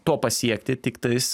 to pasiekti tiktais